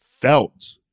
felt